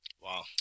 Wow